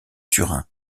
turin